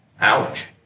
Ouch